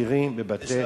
לבקר אסירים בבתי-סוהר.